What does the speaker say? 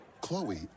Chloe